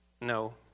No